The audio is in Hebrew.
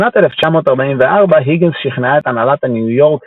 בשנת 1944 היגינס שכנעה את הנהלת הניו-יורק